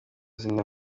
zina